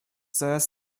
zaraz